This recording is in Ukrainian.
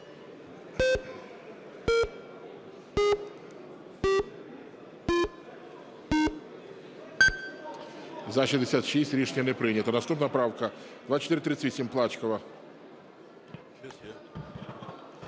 За-66 Рішення не прийнято. Наступна правка - 2438, Плачкова.